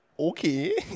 okay